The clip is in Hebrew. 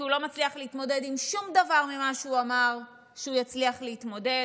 כי הוא לא מצליח להתמודד עם שום דבר ממה שהוא אמר שהוא יצליח להתמודד,